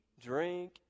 drink